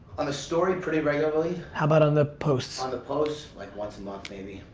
on a story, pretty regularly. how about on the posts? on the posts, like once a month, maybe,